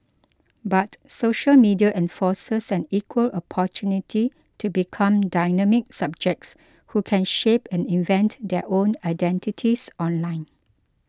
but social media enforces an equal opportunity to become dynamic subjects who can shape and invent their own identities online